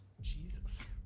Jesus